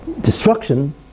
destruction